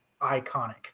iconic